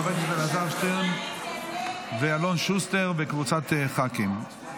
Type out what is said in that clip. של חברי הכנסת אלעזר שטרן ואלון שוסטר וקבוצת ח"כים,